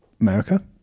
America